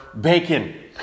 bacon